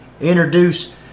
introduce